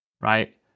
right